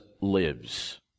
lives